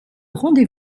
rendez